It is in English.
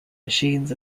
machines